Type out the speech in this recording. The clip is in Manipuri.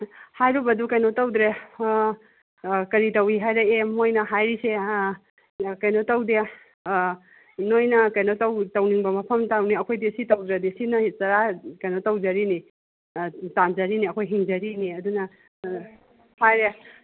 ꯍꯥꯏꯔꯨꯕꯗꯨ ꯀꯩꯅꯣ ꯇꯧꯗ꯭ꯔꯦ ꯀꯔꯤ ꯇꯧꯋꯤ ꯍꯥꯏꯔꯛꯑꯦ ꯃꯣꯏꯅ ꯍꯥꯏꯔꯤꯁꯦ ꯀꯩꯅꯣ ꯇꯧꯗꯦ ꯅꯣꯏꯅ ꯀꯩꯅꯣ ꯇꯧ ꯇꯧꯅꯤꯡꯕ ꯃꯐꯝ ꯇꯧꯅꯤ ꯑꯩꯈꯣꯏꯗꯤ ꯁꯤ ꯇꯧꯗ꯭ꯔꯗꯤ ꯁꯤꯅ ꯆꯔꯥ ꯀꯩꯅꯣ ꯇꯧꯖꯔꯤꯅꯤ ꯇꯥꯟꯖꯔꯤꯅꯤ ꯑꯩꯈꯣꯏ ꯍꯤꯡꯖꯔꯤꯅꯤ ꯑꯗꯨꯅ ꯍꯥꯏꯔꯦ